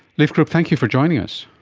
leif groop, thank you for joining us.